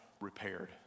repaired